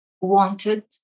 wanted